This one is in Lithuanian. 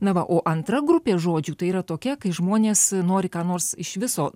na va o antra grupė žodžių tai yra tokia kai žmonės nori ką nors iš viso